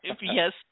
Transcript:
Yes